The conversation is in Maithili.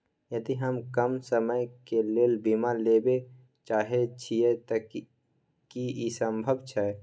यदि हम कम समय के लेल बीमा लेबे चाहे छिये त की इ संभव छै?